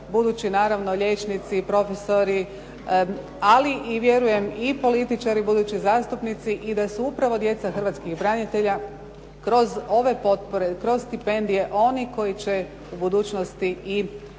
budući naravno liječnici, profesori ali i vjerujem i političari i budući zastupnici i da su upravo djeca hrvatskih branitelja kroz ove potpore, kroz stipendije oni koji će u budućnosti i